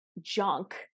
junk